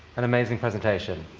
an amazing presentation.